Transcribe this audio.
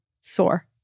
sore